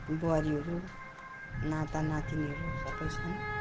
बुहारीहरू नातिनातिनीहरू सबै छन्